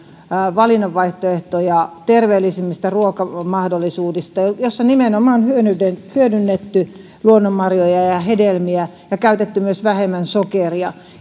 valinnan vaihtoehtoja terveellisemmistä ruokamahdollisuuksista joissa nimenomaan on hyödynnetty luonnonmarjoja ja hedelmiä ja myös käytetty vähemmän sokeria